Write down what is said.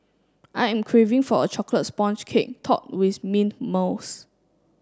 I am craving for a chocolate sponge cake topped with mint mousse